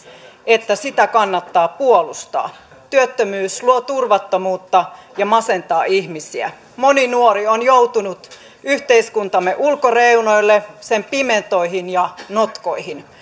että sitä kannattaa puolustaa työttömyys luo turvattomuutta ja masentaa ihmisiä moni nuori on joutunut yhteiskuntamme ulkoreunoille sen pimentoihin ja notkoihin